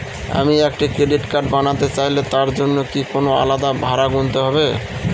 আমি একটি credit card বানাতে চাইলে তার জন্য কি কোনো আলাদা ভাড়া গুনতে হবে?